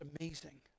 amazing